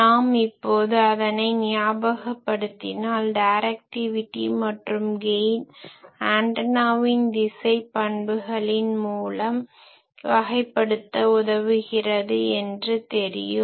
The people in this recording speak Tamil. நாம் இப்போது அதனை ஞாபகப்டுத்தினால் டைரக்டிவிட்டி மற்றும் கெய்ன் ஆன்டனாவின் திசை பண்புகளின் மூலம் வகைபடுத்த உதவுகிறது என்று தெரியும்